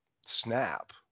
snap